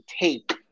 take